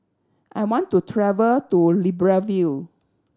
I want to travel to Libreville